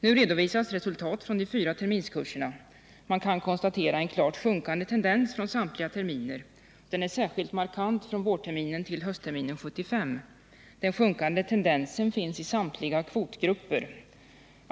Nu redovisas resultaten från de fyra terminskurserna. Man kan därvid konstatera en klart sjunkande tendens från samtliga terminer. Den är särskilt markant från vårterminen till höstterminen 1975. Den sjunkande tendensen finns i samtliga kvotgrupper.